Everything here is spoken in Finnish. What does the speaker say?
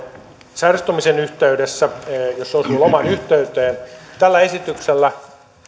sairastumisen yhteydessä jos se osuu loman yhteyteen tällä esityksellä